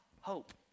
hope